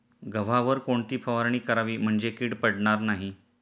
गव्हावर कोणती फवारणी करावी म्हणजे कीड पडणार नाही?